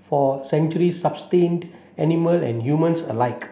for centuries sustained animal and humans alike